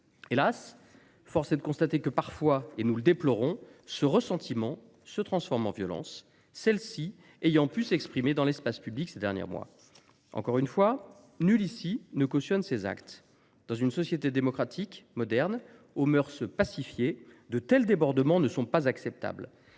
Hélas, force est de constater que parfois – nous le déplorons –, ce ressentiment se transforme en une violence qui s’est exprimée dans l’espace public au cours des derniers mois. Je le redis, nul ici ne cautionne ces actes. Dans une société démocratique et moderne, aux mœurs pacifiées, de tels débordements ne sont pas acceptables.